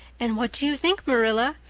and what do you think, marilla?